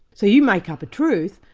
so you make up a truth,